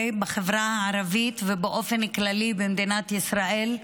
בחברה הערבית ובאופן כלכלי במדינת ישראל,